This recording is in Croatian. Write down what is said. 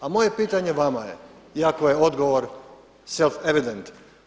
A moje pitanje vama je iako je odgovor self evident.